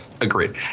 Agreed